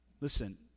Listen